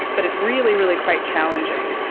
but it's really, really quite challenging.